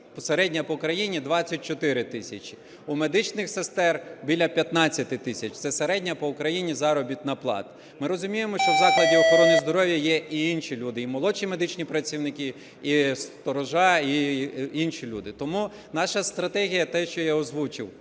середня по Україні 24 тисячі, у медичних сестер біля 15 тисяч. Це середня по Україні заробітна плата. Ми розуміємо, що в закладі охорони здоров'я є і ніші люди, і молодші медичні працівники, і сторожа, і інші люди. Тому наша стратегія, те, що я озвучив: